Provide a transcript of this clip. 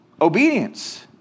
obedience